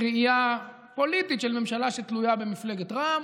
בראייה פוליטית של ממשלה שתלויה במפלגת רע"מ,